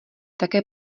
také